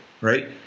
right